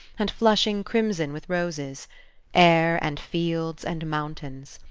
and flushing crimson with roses air, and fields, and mountains.